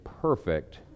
perfect